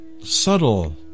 subtle